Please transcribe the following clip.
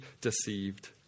deceived